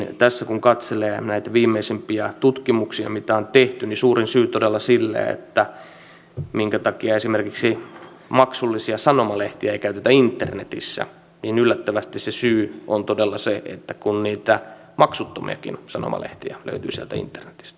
tässä kun katselee näitä viimeisimpiä tutkimuksia mitä on tehty niin suurin syy todella sille minkä takia esimerkiksi maksullisia sanomalehtiä ei käytetä internetissä yllättävästi on se että niitä maksuttomiakin sanomalehtiä löytyy sieltä internetistä